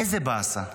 איזה באסה.